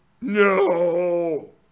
No